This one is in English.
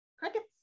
crickets